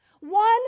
one